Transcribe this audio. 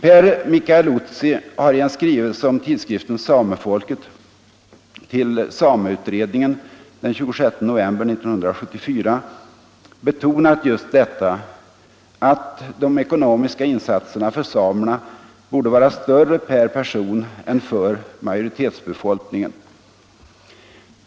Per Mikael Utsi har i en skrivelse om tidskriften Samefolket till sameutredningen den 26 november 1974 betonat just detta att de ekonomiska insatserna för samerna borde vara större per person än för majoritetsbefolkningen.